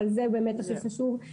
אבל זה באמת הכי חשוב.